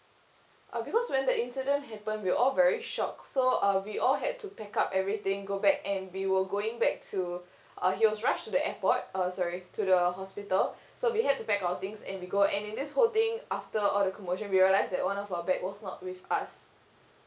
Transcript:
uh because when the incident happened we all very shocked so uh we all had to pack up everything go back and we were going back to uh he was rushed to the airport uh sorry to the hospital so we had to pack our things and we go and in this whole thing after all the commotion we realized that one of our bag was not with us